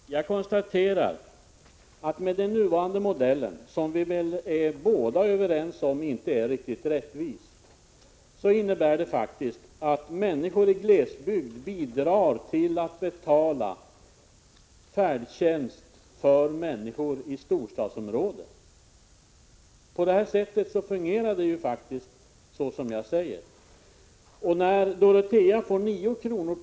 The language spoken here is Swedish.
Fru talman! Jag konstaterar att den nuvarande modellen, som vi väl är överens om inte är riktigt rättvis, faktiskt innebär att människor i glesbygden bidrar till att betala färdtjänst för människor i storstadsområden. Med denna konstruktion fungerar det så som jag säger. När Dorotea får 9 kr.